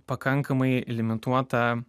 pakankamai limituotą